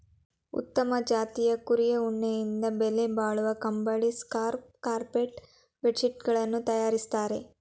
ಉತ್ತಮ ಜಾತಿಯ ಕುರಿಯ ಉಣ್ಣೆಯಿಂದ ಬೆಲೆಬಾಳುವ ಕಂಬಳಿ, ಸ್ಕಾರ್ಫ್ ಕಾರ್ಪೆಟ್ ಬೆಡ್ ಶೀಟ್ ಗಳನ್ನು ತರಯಾರಿಸ್ತರೆ